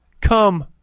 Come